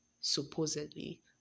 supposedly